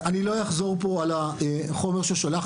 אני לא אחזור פה על החומר ששלחנו,